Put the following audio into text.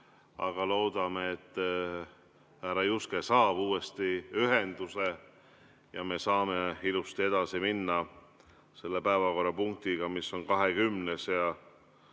Aga loodame, et härra Juske saab uuesti ühenduse ja me saame ilusti edasi minna selle päevakorrapunktiga, mis on 20.